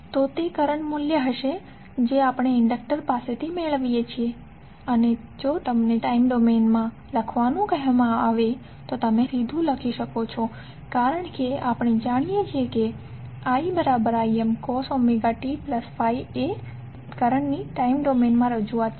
તો તે કરંટ મૂલ્ય હશે જે આપણે ઇન્ડડક્ટર પાસેથી મેળવીએ છીએ અને જો તમને ટાઈમ ડોમેન માં લખવાનું કહેવામાં આવે તો તમે સીધુ લખી શકો છો કારણ કે આપણે જાણીએ છીએ કેiImcos ωt∅ એ કરંટની ટાઈમ ડોમેનમાં રજૂઆત છે